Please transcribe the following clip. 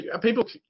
people